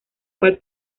cual